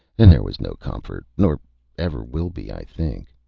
and there was no comfort nor ever will be, i think.